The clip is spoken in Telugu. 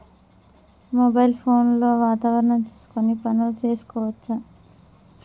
మొబైల్ ఫోన్ లో వాతావరణం చూసుకొని పనులు చేసుకోవచ్చా?